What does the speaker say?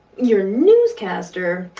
your newscaster,